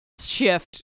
shift